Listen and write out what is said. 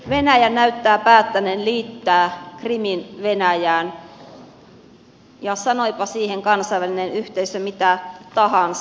venäjä näyttää päättäneen liittää krimin venäjään sanoipa siihen kansainvälinen yhteisö mitä tahansa